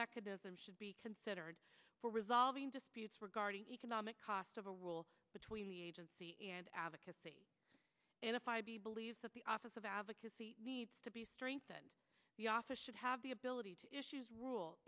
mechanism should be considered for resolving disputes regarding economic cost of a rule between the agency and advocacy and if i believe that the office of advocacy needs to be strengthened the office should have the ability to issues rule